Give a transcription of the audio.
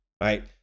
right